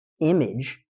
image